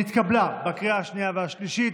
התקבלה בקריאה השנייה והשלישית,